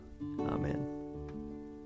Amen